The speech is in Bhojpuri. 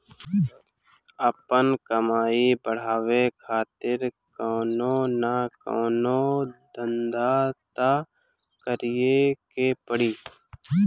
आपन कमाई बढ़ावे खातिर कवनो न कवनो धंधा तअ करीए के पड़ी